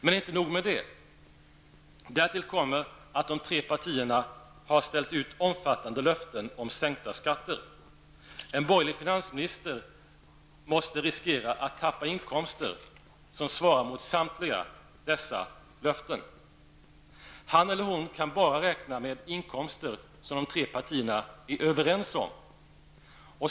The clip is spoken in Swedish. Men inte nog med det, därtill kommer att de tre partierna har ställt ut omfattande löften om sänkta skatter. En borgerlig finansminister måste riskera att tappa inkomster som svarar mot samtliga dessa löften. Han eller hon kan bara räkna med inkomster som de tre partierna är överens om.